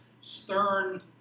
stern